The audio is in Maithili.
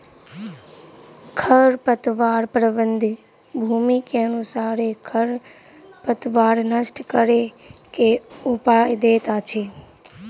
खरपतवार प्रबंधन, भूमि के अनुसारे खरपतवार नष्ट करै के उपाय दैत अछि